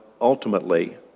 ultimately